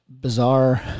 Bizarre